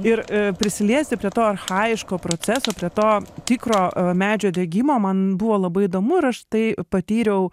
ir prisiliesti prie to archajiško proceso prie to tikro medžio degimo man buvo labai įdomu ir aš tai patyriau